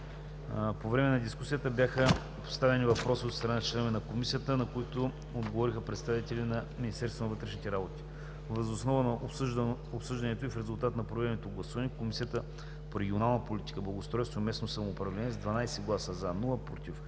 По време на дискусията бяха поставени въпроси от страна на членове на Комисията, на които отговориха представителите на Министерството на вътрешните работи. Въз основа на обсъжданията и в резултат на проведеното гласуване Комисията по регионална политика, благоустройство и местно самоуправление с 12 „за“, без „против“